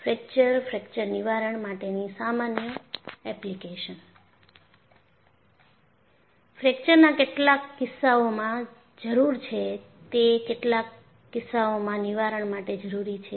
ફ્રેકચરફ્રેકચર નિવારણ માટેની સામન્ય એપ્લીકેશન ફ્રેકચરના કેટલાક કિસ્સાઓમાં જરૂર છે તે કેટલાક કિસ્સાઓમાં નિવારણ માટે જરૂરી છે